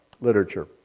literature